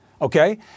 okay